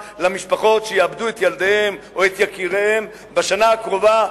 למשפחות שיאבדו את ילדיהן או את יקיריהן בשנה הקרובה,